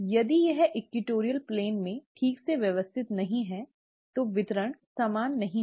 यदि यह equatorial plane में ठीक से व्यवस्थित नहीं है तो वितरण समान नहीं होगा